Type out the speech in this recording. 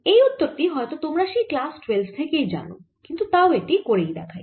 এই উত্তর টি হয়ত তোমরা সেই ক্লাস 12 থেকেই জানো কিন্তু তাও এটি করেই দেখাই